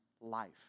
life